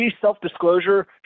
self-disclosure